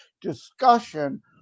discussion